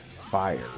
fire